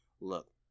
look